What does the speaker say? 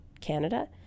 Canada